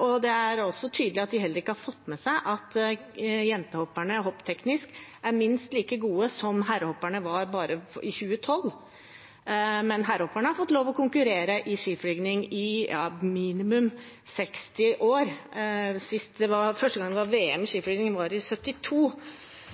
og det er også tydelig at de heller ikke har fått med seg at jentehopperne hoppteknisk er minst like gode som herrehopperne var bare i 2012, men herrehopperne har fått lov til å konkurrere i skiflygning i minimum 60 år. Første gang det var VM i skiflygning, var i